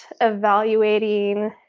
evaluating